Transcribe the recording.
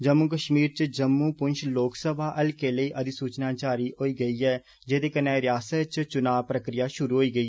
जम्मू कष्मीर च जम्मू पुंछ लोक सभा हलके लेई अधिसूचना जारी होई गेई जेदे कन्नै रियासत च चुना प्रक्रिया षुरु होई गेई